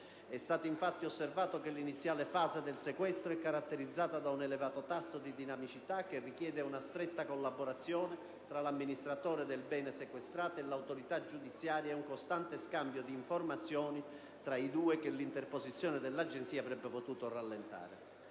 È stato infatti osservato che l'iniziale fase del sequestro è caratterizzata da un elevato tasso di dinamicità, che richiede una stretta collaborazione tra l'amministratore del bene sequestrato e l'autorità giudiziaria e un costante scambio di informazioni tra i due, che l'interposizione dell'Agenzia avrebbe potuto rallentare.